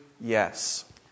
yes